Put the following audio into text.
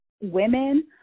women